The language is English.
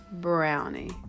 brownie